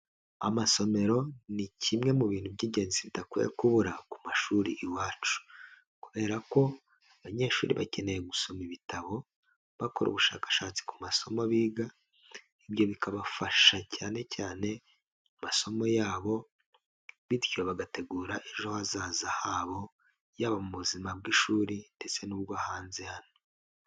Amasomero ni kimwe mu bintu by'ingenzi bidakwiye kubura ku mashuri iwacu kubera ko abanyeshuri bakeneye gusoma ibitabo, bakora ubushakashatsi ku masomo biga, ibyo bikabafasha cyane cyane mu masomo yabo, bityo bagategura ejo hazaza habo, yaba mu buzima bw'ishuri ndetse n'ubwo hanze hano.